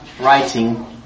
writing